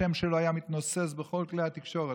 השם שלו היה מתנוסס בכל כלי התקשורת.